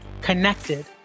connected